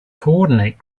coordinate